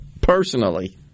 personally